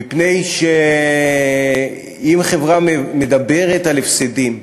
מפני שאם חברה מדברת על הפסדים,